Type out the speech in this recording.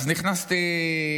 אז נכנסתי,